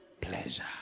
pleasure